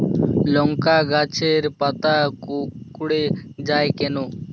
লংকা গাছের পাতা কুকড়ে যায় কেনো?